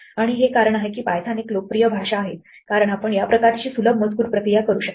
आणि हे एक कारण आहे की पायथन एक लोकप्रिय भाषा आहे कारण आपण या प्रकारची सुलभ मजकूर प्रक्रिया करू शकता